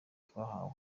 twahawe